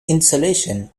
insulation